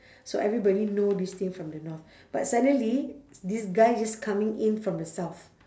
so everybody know this thing from the north but suddenly this guy just coming in from the south